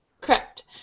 Correct